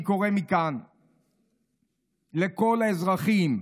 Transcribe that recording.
אני קורא מכאן לכל האזרחים: